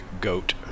goat